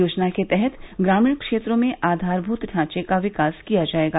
योजना के तहत ग्रामीण क्षेत्रों में आधारभूत ढांचे का विकास किया जाएगा